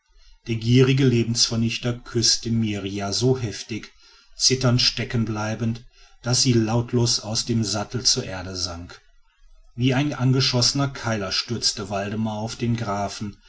der gierige lebensvernichter küßte mirrjah so heftig zitternd stecken bleibend daß sie lautlos aus dem sattel zur erde sank wie der angeschossene keiler stürzte waldemar auf den grafen